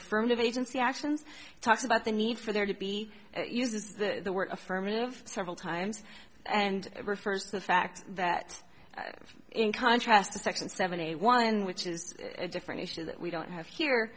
affirmative agency actions talks about the need for there to be uses the word affirmative several times and refers to the fact that in contrast to section seven a one which is a different issue that we don't have here